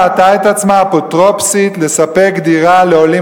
המדינה ראתה את עצמה אפוטרופוסית לספק דירה לעולים